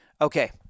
Okay